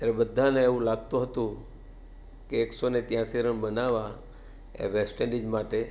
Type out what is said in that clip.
ત્યારે બધાંને એવું લાગતું હતું કે એકસોને ત્યાસી રન બનાવવા એ વેસ્ટઇંડીઝ માટે